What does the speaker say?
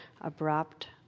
abrupt